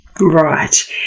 Right